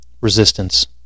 resistance